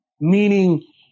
Meaning